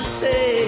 say